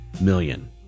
million